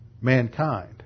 mankind